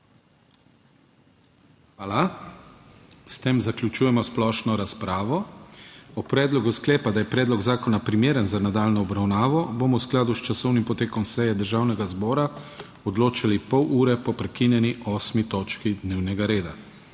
Hvala. S tem zaključujem splošno razpravo. O predlogu sklepa, da je predlog zakona primeren za nadaljnjo obravnavo bomo v skladu s časovnim potekom seje Državnega zbora odločali pol ure po prekinjeni 8. točki dnevnega reda.